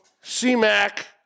C-Mac